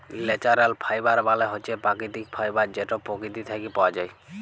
ল্যাচারেল ফাইবার মালে হছে পাকিতিক ফাইবার যেট পকিতি থ্যাইকে পাউয়া যায়